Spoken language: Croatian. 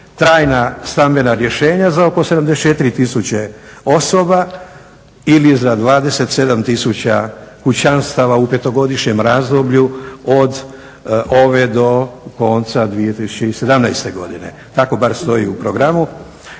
trajna stambena rješenja za oko 74 000 osoba ili za 27 000 kućanstva u petogodišnjem razdoblju od ove do konca 2017. godine. Tako bar stoji u programu.